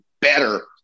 better